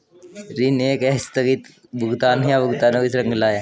ऋण एक आस्थगित भुगतान, या भुगतानों की श्रृंखला है